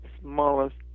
smallest